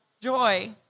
joy